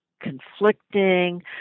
conflicting